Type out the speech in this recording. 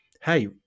hey